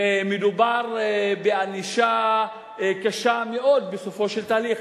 ומדובר בענישה קשה מאוד בסופו של תהליך,